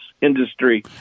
industry